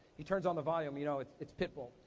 he turns on the volume, you know, it's it's pitbull.